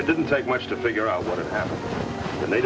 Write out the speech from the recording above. it didn't take much to figure out what happened and they